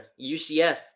UCF